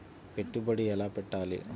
పెట్టుబడి ఎలా పెట్టాలి?